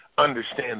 understand